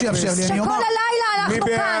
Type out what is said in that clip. כשכל הלילה אנחנו כאן?